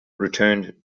returned